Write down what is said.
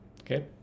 Okay